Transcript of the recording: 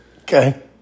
Okay